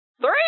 Three